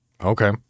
okay